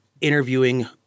interviewing